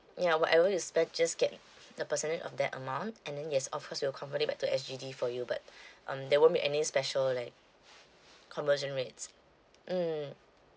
yeah whatever you spent just get of that amount and then yes of course we'll convert it back to S_G_D for you but um there won't be any special like conversion rates mmhmm